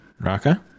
Raka